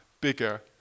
bigger